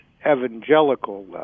evangelical